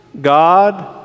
God